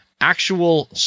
actual